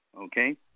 okay